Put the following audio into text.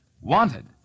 wanted